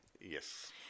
Yes